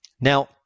now